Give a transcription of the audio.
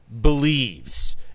believes